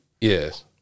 yes